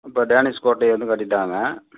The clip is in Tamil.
அப்போ டேனிஷ் கோட்டையை வந்து கட்டிவிட்டாங்க